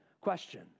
question